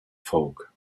folk